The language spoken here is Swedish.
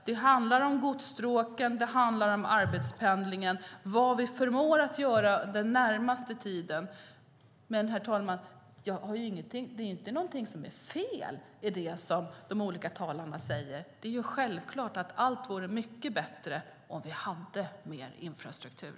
Det handlar om godsstråken och arbetspendlingen och vad vi förmår att göra under den närmaste tiden. Herr talman! Men det är inte någonting som är fel i det som de olika talarna säger. Det är självklart att allt vore mycket bättre om vi hade mer infrastruktur.